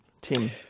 Tim